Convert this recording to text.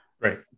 Right